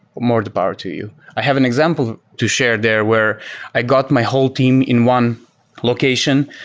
more the power to you. i have an example to share there, where i got my whole team in one location.